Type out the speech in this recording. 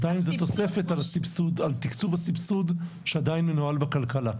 200 זה תוספת על תקצוב הסבסוד שעדיין מנוהל בכלכלה.